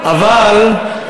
אבל,